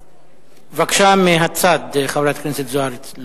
בבקשה, מהצד, חברת הכנסת זוארץ.